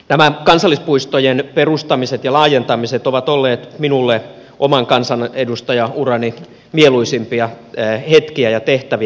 nämä kansallispuistojen perustamiset ja laajentamiset ovat olleet minulle oman kansanedustajaurani mieluisimpia hetkiä ja tehtäviä